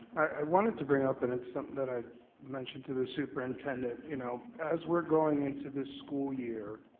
i wanted to bring up, and it's something that i mentioned to the superintendent you know as we're going into this school year,